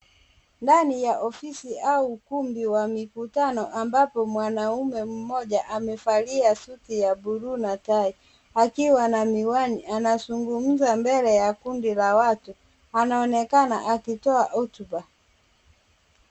Ndani ya ofisi au ukumbi wa mikutano ambapo mwanaume mmoja amevalia suti ya blue na tai akiwa na miwani anazungumza mbele ya kundi la watu. Anaonekana akitoa hotuba.